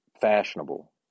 fashionable